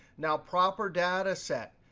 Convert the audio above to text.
now proper data set,